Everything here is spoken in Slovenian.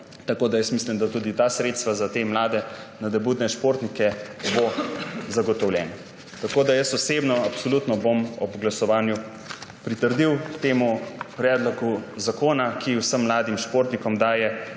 tako da mislim, da bodo tudi ta sredstva za te mlade nadobudne športnike zagotovljena. Jaz osebno bom absolutno ob glasovanju pritrdil temu predlogu zakona, ki vsem mladim športnikom daje